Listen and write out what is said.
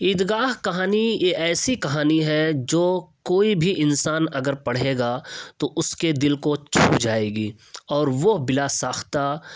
عید گاہ کہانی یہ ایسی کہانی ہے جو کوئی بھی انسان اگر پڑھے گا تو اس کے دل کو چھو جائے گی اور وہ بلا ساختہ